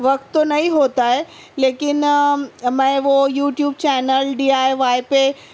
وقت تو نہیں ہوتا ہے لیکن میں وہ YouTube channel D I Y پہ